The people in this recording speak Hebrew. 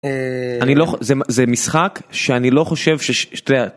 זה משחק שאני לא חושב ש...